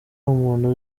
umuntu